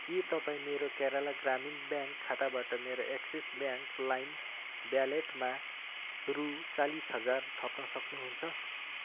के तपाईँ मेरो केरला ग्रामीण ब्याङ्क खाताबाट मेरो एक्सिस ब्याङ्क लाइम वालेटमा रु चालिस हजार थप्न सक्नुहुन्छ